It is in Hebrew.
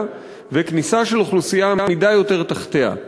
וכניסה של אוכלוסייה אמידה יותר תחתיה.